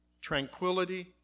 tranquility